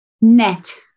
net